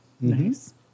Nice